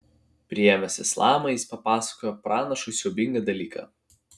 priėmęs islamą jis papasakojo pranašui siaubingą dalyką